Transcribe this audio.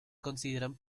consideran